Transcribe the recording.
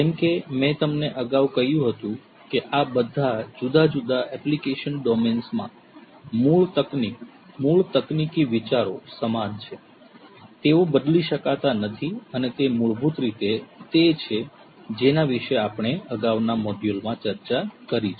જેમ કે મેં તમને અગાઉ કહ્યું હતું કે આ બધા જુદા જુદા એપ્લિકેશન ડોમેન્સ માં મૂળ તકનીક મૂળ તકનીકી વિચારો સમાન છે તેઓ બદલી શકાતા નથી અને તે મૂળભૂત રીતે તે છે જેની વિશે આપણે અગાઉના મોડ્યુલોમાં ચર્ચા કરી છે